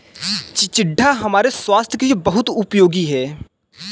चिचिण्डा हमारे स्वास्थ के लिए बहुत उपयोगी होता है